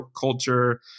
culture